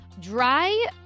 dry